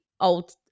old